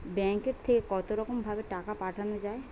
ব্যাঙ্কের থেকে কতরকম ভাবে টাকা পাঠানো য়ায়?